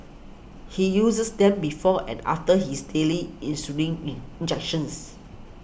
he uses them before and after his daily insulin in injections